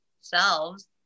selves